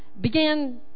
began